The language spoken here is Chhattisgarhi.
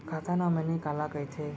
खाता नॉमिनी काला कइथे?